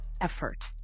effort